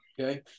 Okay